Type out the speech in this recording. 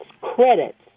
credits